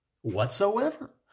whatsoever